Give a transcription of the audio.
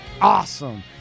Awesome